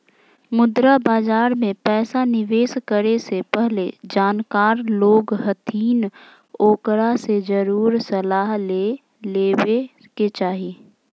मुद्रा बाजार मे पैसा निवेश करे से पहले जानकार लोग हथिन ओकरा से जरुर सलाह ले लेवे के चाही